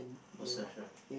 possession